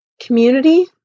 community